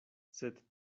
sed